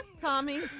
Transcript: Tommy